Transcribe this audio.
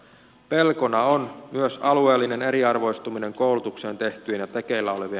pelkona on myös alueellinen eriarvoistuminen koulutukseen tehtyjen ja tekeillä olevia